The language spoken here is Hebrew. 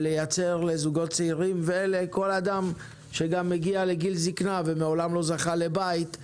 ולייצר לזוגות צעירים ולכל אדם שגם מגיע לגיל זיקנה ומעולם לא זכה לבית,